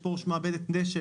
נמצא פה ראש מעבדת נשק,